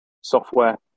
software